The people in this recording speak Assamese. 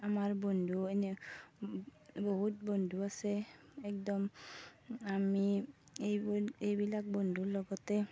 আমাৰ বন্ধু এনেই বহুত বন্ধু আছে একদম আমি এইবি এইবিলাক বন্ধুৰ লগতে